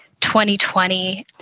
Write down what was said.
2020